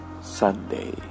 Sunday